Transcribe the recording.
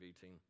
team